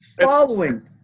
following